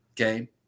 Okay